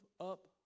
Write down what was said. up